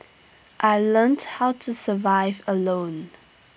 I learnt how to survive alone